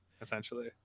essentially